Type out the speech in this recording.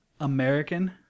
American